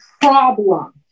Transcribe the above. problem